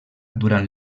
durant